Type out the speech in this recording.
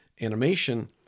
animation